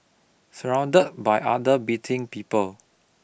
surrounded by other bleating people